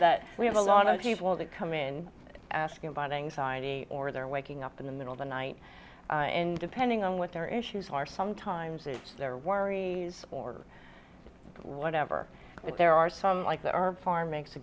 that we have a lot of people that come in asking about anxiety or they're waking up in the middle of the night and depending on what their issues are sometimes it's their worries or whatever but there are some like that are for makes a